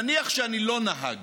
נניח שאני לא נהג